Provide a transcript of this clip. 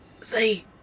See